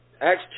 Acts